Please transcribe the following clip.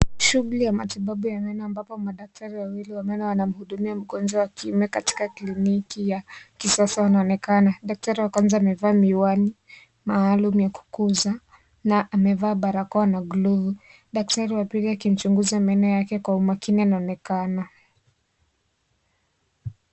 Shughuli ya matibabu ya meno ambapo madaktari wawili wa meno wanamhudumia mgonjwa wa kiume katika kliniki ya kisasa wanaonekana . Daktari wa kwanza akiwa amevaa miwani .aalim ya kuguza na amevaa barakoa na glovu . Daktari wa lili akimchunguza meno wake kwa umakini anaonekana.